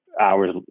hours